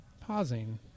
pausing